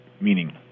meaning